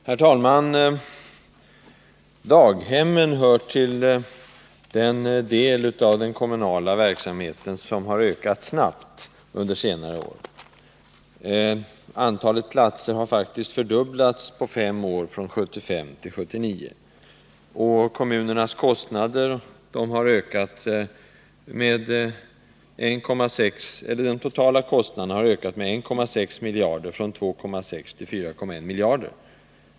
Herr talman! Daghemmen hör till den del av den kommunala verksamheten som har ökat snabbt under senare är. Antalet platser har faktiskt fördubblats under femårsperioden 1975-1979, och statens och kommunernas totala kostnader har ökat med 1,5 miljarder, från 2,6 till 4,1 miljarder.